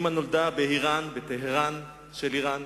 אמא נולדה בטהרן של אירן.